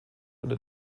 unter